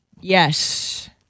Yes